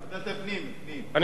גם אני חושב שוועדת הפנים.